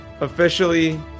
officially